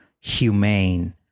humane